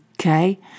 Okay